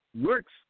works